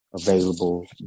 available